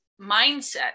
mindset